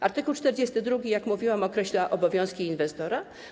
Art. 42, jak mówiłam, określa obowiązki inwestora.